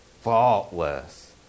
faultless